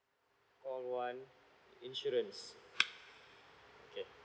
call one insurance K